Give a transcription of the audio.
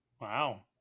wow